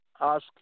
ask